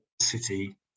city